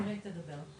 נירית תדבר.